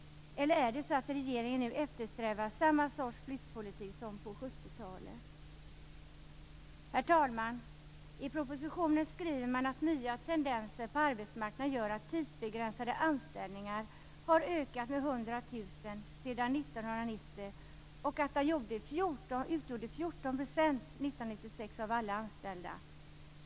Eller är det så att regeringen nu eftersträvar samma sorts flyttpolitik som på 1970 talet? Herr talman! I propositionen skriver man att nya tendenser på arbetsmarknaden gör att tidsbegränsade anställningar har ökat med 100 000 sedan 1990 och att de utgjorde 14 % av alla anställningar 1996.